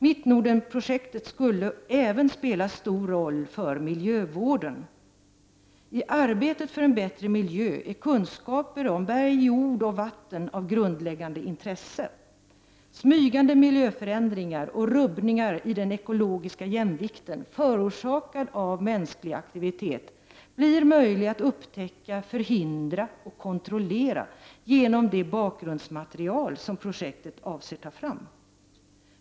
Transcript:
Mittnordenprojektet skulle även spela stor roll för miljövården. I arbetet för en bättre miljö är kunskaper om berg, jord och vatten av grundläggande intresse. Smygande miljöförändringar och rubbningar i den ekologiska jämvikten förorsakade av mänsklig aktivitet blir möjliga att upptäcka, förhindra och kontrollera genom det bakgrundsmaterial som projektet avser att ta fram.